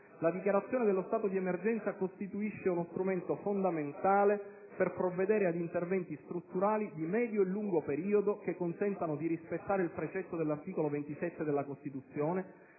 la dichiarazione dello stato di emergenza costituisce uno strumento fondamentale per provvedere ad interventi strutturali di medio e lungo periodo, che consentano di rispettare il precetto dell'articolo 27 della Costituzione,